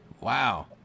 Wow